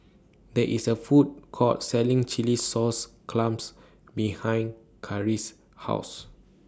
There IS A Food Court Selling Chilli Sauce Clams behind Karis' House